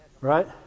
Right